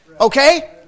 okay